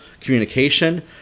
communication